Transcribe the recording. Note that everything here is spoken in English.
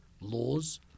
laws